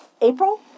April